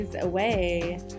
Away